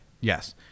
Yes